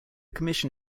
commission